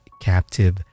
captive